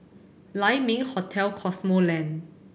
Lai Ming Hotel Cosmoland